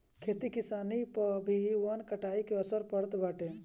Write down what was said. खेती किसानी पअ भी वन कटाई के असर पड़त बाटे